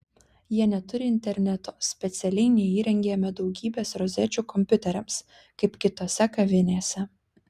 jie neturi interneto specialiai neįrengėme daugybės rozečių kompiuteriams kaip kitose kavinėse